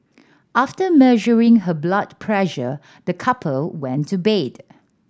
after measuring her blood pressure the couple went to bed